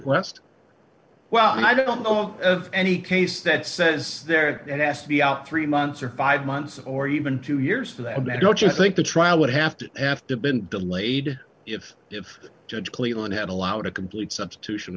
west well i don't know of any case that says there has to be out three months or five months or even two years for that matter don't you think the trial would have to have to been delayed if if judge cleveland had allowed a complete substitution